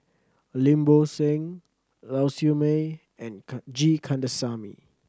Lim Bo Seng Lau Siew Mei and G Kandasamy